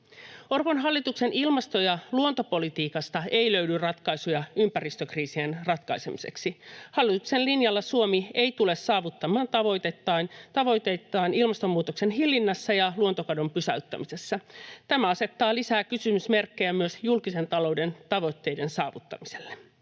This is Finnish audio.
Orpon hallituksen ilmasto- ja luontopolitiikasta ei löydy ratkaisuja ympäristökriisien ratkaisemiseksi. Hallituksen linjalla Suomi ei tule saavuttamaan tavoitteitaan ilmastonmuutoksen hillinnässä ja luontokadon pysäyttämisessä. Tämä asettaa lisää kysymysmerkkejä myös julkisen talouden tavoitteiden saavuttamiselle.